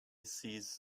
sees